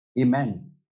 Amen